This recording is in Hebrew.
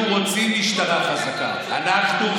אדוני השר,